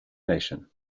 nation